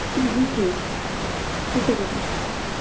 जी ठीक ठीक है दीदी